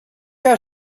out